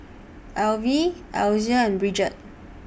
Alvie Alysa and Bridget